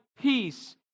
peace